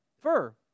fur